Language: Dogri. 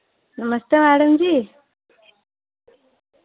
नमस्ते मैडम जी